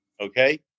okay